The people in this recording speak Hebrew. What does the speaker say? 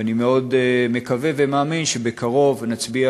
ואני מאוד מקווה ומאמין שבקרוב נצביע